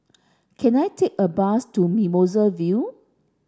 can I take a bus to Mimosa Vale